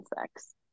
sex